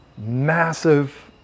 massive